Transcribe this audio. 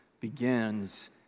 begins